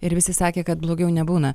ir visi sakė kad blogiau nebūna